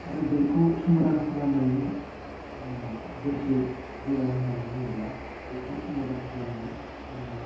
आरो बेखौ समादान खालामनायनि बेसे गोरा होन्नानै बुङोब्ला बेखौ समादान खालामनो जोङो